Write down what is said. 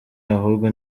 ahubwo